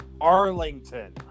Arlington